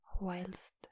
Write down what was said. Whilst